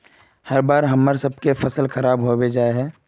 हर बार हम्मर सबके फसल खराब होबे जाए है?